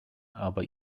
aber